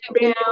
now